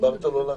אצל הגורם המוסמך,